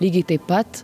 lygiai taip pat